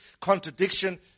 contradiction